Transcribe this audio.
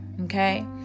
Okay